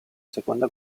seconda